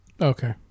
Okay